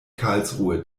karlsruhe